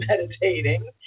meditating